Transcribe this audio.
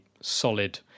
solid